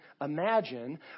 imagine